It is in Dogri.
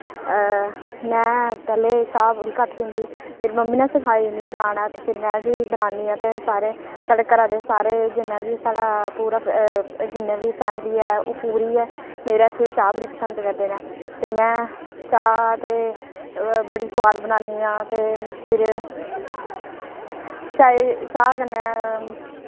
में पैह्लें चाह् बड़ी घट्ट पींदी ही फिर मम्मी ने सखाई मी बनाना ते फिर में बी बनानी आं ते सारे साढ़े घरा दे सारे जिन्ना बी साढ़ा पूरा जिन्नी बी फैमली ऐ ओह् पूरी गै मेरे हत्थै दी चाह् बड़ी पसंद करदे न ते में चाह् ते बड़ी सोआद बनानी आं ते फिर चाही चाह् कन्नै